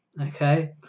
Okay